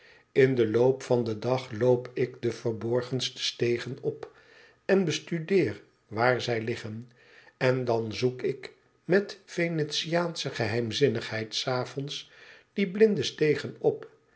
in den loop van den dag loop ik de verborgenste stegen op en bestudeer waar zij liggen en dan zoek ik met venetiaansche geheimzinnigheid s avonds die blinde stegen op